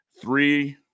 three